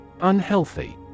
Unhealthy